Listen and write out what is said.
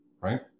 right